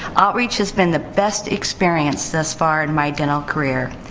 outreach has been the best experience thus far in my dental career.